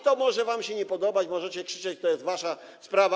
To może wam się nie podobać, możecie krzyczeć, to jest wasza sprawa.